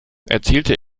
erzielte